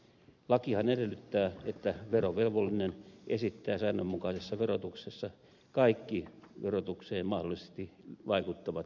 lakihan edellyttää että verovelvollinen esittää säännönmukaisessa verotuksessa kaikki verotukseen mahdollisesti vaikuttavat tosiasiat